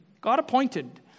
God-appointed